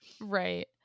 Right